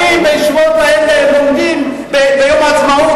האם בישיבות האלה לומדים ביום העצמאות?